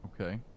Okay